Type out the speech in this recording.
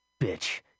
bitch